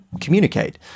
communicate